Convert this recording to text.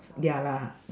ya lah